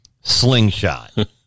slingshot